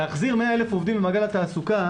להחזיר 100,000 עובדים למעגל התעסוקה